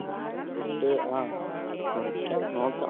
ചെറുതായിട്ട് ആ കുറയ്ക്കാന് നോക്കാം